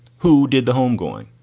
who did the home going?